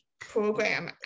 program